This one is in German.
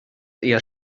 eher